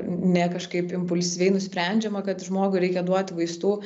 ne kažkaip impulsyviai nusprendžiama kad žmogui reikia duoti vaistų